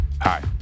Hi